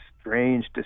strange